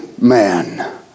man